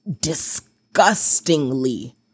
disgustingly